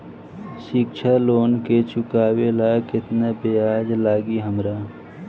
शिक्षा लोन के चुकावेला केतना ब्याज लागि हमरा?